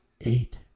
Eight